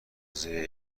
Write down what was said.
زیر